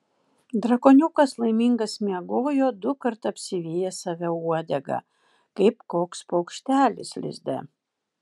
drakoniukas laimingas miegojo dukart apsivijęs save uodega kaip koks paukštelis lizde